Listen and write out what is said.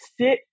sit